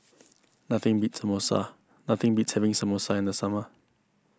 nothing beat Samosa nothing beats having Samosa in the summer